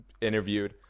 interviewed